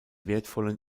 wertvollen